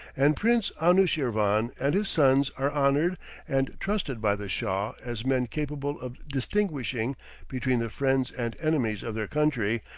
and prince anushirvan and his sons are honored and trusted by the shah as men capable of distinguishing between the friends and enemies of their country,